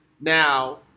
Now